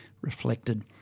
reflected